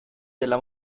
della